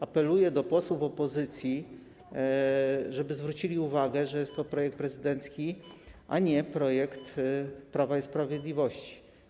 Apeluję do posłów opozycji, żeby zwrócili uwagę, że jest to projekt prezydencki, a nie projekt Prawa i Sprawiedliwości.